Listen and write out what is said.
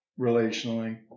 relationally